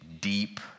deep